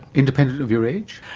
independent of your age?